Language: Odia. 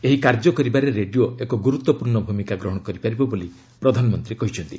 ଏହି କାର୍ଯ୍ୟ କରିବାରେ ରେଡିଓ ଏକ ଗୁରୁତ୍ୱପୂର୍ଣ୍ଣ ଭୂମିକା ଗ୍ରହଣ କରିପାରିବ ବୋଲି ପ୍ରଧାନମନ୍ତ୍ରୀ କହିଛନ୍ତି